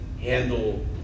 handle